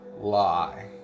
lie